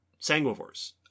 sanguivores